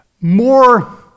more